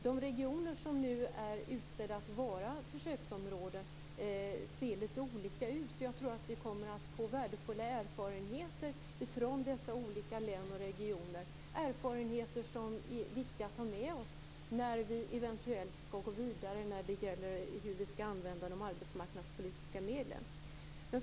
De regioner som nu är utsedda att vara försöksområden ser litet olika ut, och jag tror att vi kommer att få värdefulla erfarenheter från dessa olika län och regioner. Dessa erfarenheter är viktiga att ta med sig när vi eventuellt skall gå vidare i fråga om hur vi skall använda de arbetsmarknadspolitiska medlen.